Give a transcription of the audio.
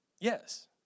Yes